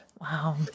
wow